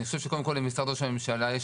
אני חושב שקודם כל למשרד ראש הממשלה יש